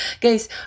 guys